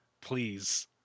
please